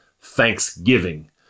thanksgiving